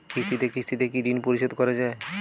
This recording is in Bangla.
কিস্তিতে কিস্তিতে কি ঋণ পরিশোধ করা য়ায়?